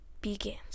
begins